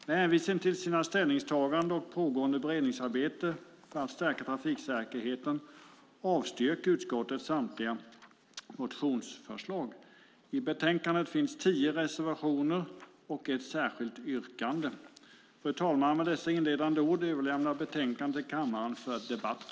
Med hänvisning till sina ställningstaganden och pågående beredningsarbete för att stärka trafiksäkerheten avstyrker utskottet samtliga motionsförslag. I betänkandet finns tio reservationer och ett särskilt yrkande. Herr talman! Med dessa inledande ord överlämnar jag betänkandet till kammaren för debatt.